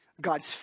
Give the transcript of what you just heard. God's